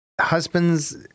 husbands